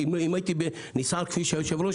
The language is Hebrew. אם הייתי נסער כפי שהיושב ראש,